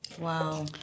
Wow